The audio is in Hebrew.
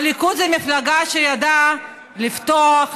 הליכוד היא מפלגה שידעה לפתוח,